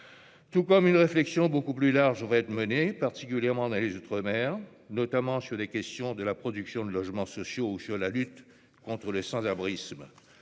d'autres. Une réflexion beaucoup plus large devra ainsi être menée, particulièrement dans les outre-mer, notamment sur les questions de production de logements sociaux et de lutte contre le sans-abrisme.